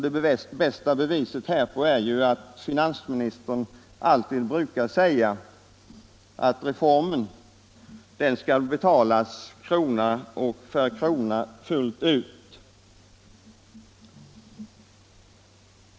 Det bästa beviset härpå är ju att finansministern alltid brukar säga att reformen skall betalas krona för krona fullt ut.